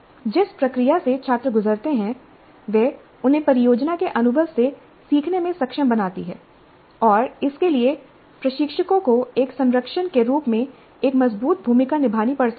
जिस प्रक्रिया से छात्र गुजरते हैं वह उन्हें परियोजना के अनुभव से सीखने में सक्षम बनाती है और इसके लिए प्रशिक्षकों को एक संरक्षक के रूप में एक मजबूत भूमिका निभानी पड़ सकती है